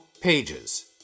pages